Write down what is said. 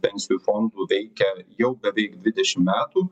pensijų fondų veikia jau beveik dvidešimt metų